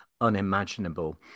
unimaginable